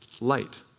light